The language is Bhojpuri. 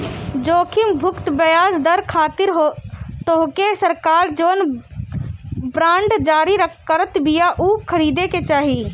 जोखिम मुक्त बियाज दर खातिर तोहके सरकार जवन बांड जारी करत बिया उ खरीदे के चाही